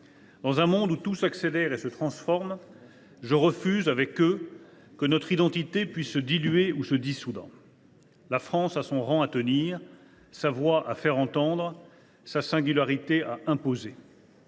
Dans un monde où tout s’accélère et se transforme, je refuse, avec eux, que notre identité se dilue ou se dissolve. La France a son rang à tenir, sa voix à faire entendre et sa singularité à imposer.